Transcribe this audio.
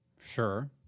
Sure